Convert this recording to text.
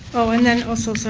oh, and then also, so